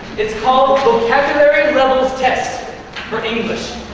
it's called vocabulary levels test for english.